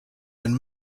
and